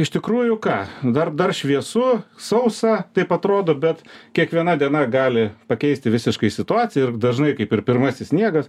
iš tikrųjų ką dar dar šviesu sausa taip atrodo bet kiekviena diena gali pakeisti visiškai situaciją ir dažnai kaip ir pirmasis sniegas